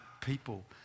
people